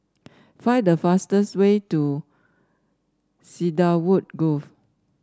find the fastest way to Cedarwood Grove